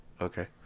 Okay